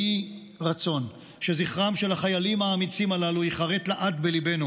יהי רצון שזכרם של החיילים האמיצים הללו ייחרת לעד בליבנו